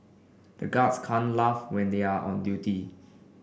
the guards can't laugh when they are on duty